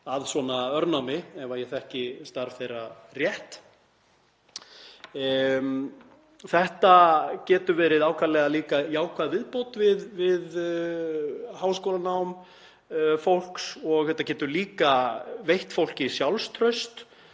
að svona örnámi ef ég þekki starf þeirra rétt. Þetta getur verið ákaflega jákvæð viðbót við háskólanám fólks og þetta getur líka veitt fólki sjálfstraust